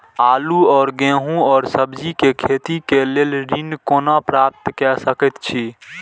आलू और गेहूं और सब्जी के खेती के लेल ऋण कोना प्राप्त कय सकेत छी?